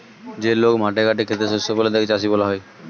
যে লোক মাঠে ঘাটে খেতে শস্য ফলায় তাকে চাষী বলা হয়